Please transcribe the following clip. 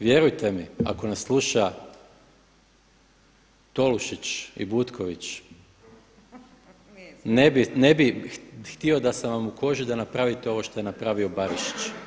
Vjerujte mi ako nas sluša Tolušić i Butković ne bih htio da sam vam u koži da napravite ovo šta je napravio Barišić.